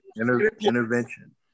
Intervention